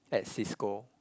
at Cisco